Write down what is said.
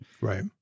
Right